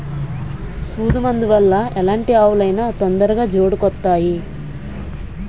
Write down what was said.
సూదు మందు వల్ల ఎలాంటి ఆవులు అయినా తొందరగా జోడుకొత్తాయి